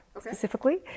specifically